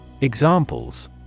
Examples